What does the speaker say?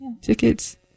Tickets